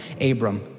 Abram